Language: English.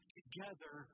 together